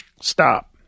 stop